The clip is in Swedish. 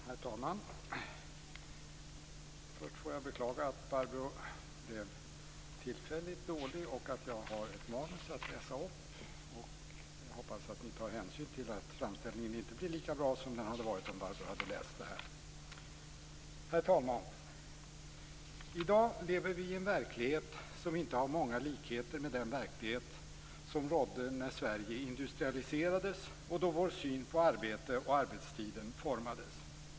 Herr talman! Först får jag beklaga att Barbro Johansson blev tillfälligt dålig. Jag har ett manus att läsa upp, och jag hoppas att ni tar hänsyn till att framställningen inte blir lika bra som den hade varit om Barbro Johansson hade framfört detta. Herr talman! I dag lever vi i en verklighet som inte har många likheter med den verklighet som rådde när Sverige industrialiserades och då vår syn på arbete och arbetstiden formades.